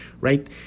right